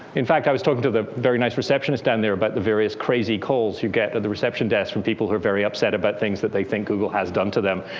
in fact, i was talking to the very nice receptionist down there about but the various crazy calls you get at the reception desk from people who are very upset about things that they think google has done to them.